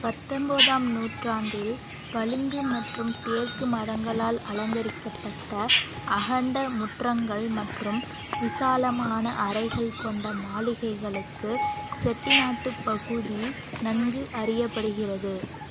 பத்தொன்போதாம் நூற்றாண்டில் பளிங்கு மற்றும் தேக்கு மரங்களால் அலங்கரிக்கப்பட்ட அகண்ட முற்றங்கள் மற்றும் விசாலமான அறைகள் கொண்ட மாளிகைகளுக்கு செட்டிநாட்டுப் பகுதி நன்கு அறியப்படுகிறது